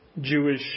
Jewish